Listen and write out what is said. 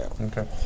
Okay